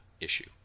issue